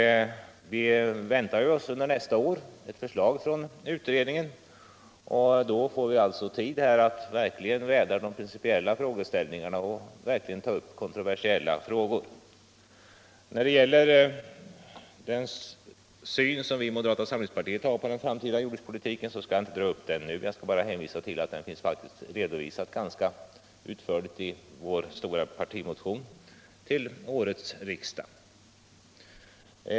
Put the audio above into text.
Vi väntar nästa år ett förslag från utredningen, och då får vi tillfälle att verkligen vädra de principiella frågeställningarna och diskutera kontroversiella spörsmål. Jag skall nu inte ta upp moderata samlingspartiets syn på den framtida jordbrukspolitiken utan vill bara hänvisa till att den är ganska utförligt redovisad i vår stora partimotion till årets riksdag.